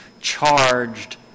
charged